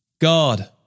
God